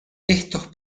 estos